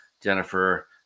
Jennifer